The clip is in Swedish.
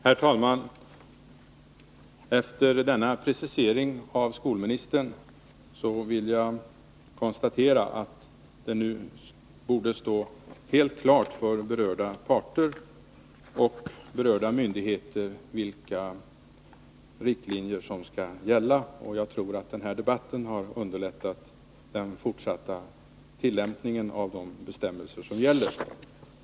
Herr talman! Efter skolministerns precisering vill jag konstatera att det nu borde stå helt klart för berörda parter och berörda myndigheter vilka riktlinjer som skall gälla. Jag tror att den här debatten har underlättat den fortsatta tillämpningen av de bestämmelser som gäller.